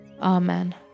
Amen